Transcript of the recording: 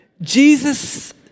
Jesus